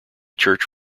church